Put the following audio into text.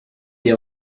des